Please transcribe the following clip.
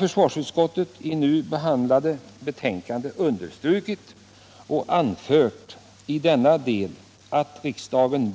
Försvarsutskottet har i nu behandlade betänkande understrukit detta och i denna del anfört att riksdagen